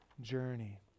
journey